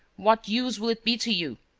what use will it be to you?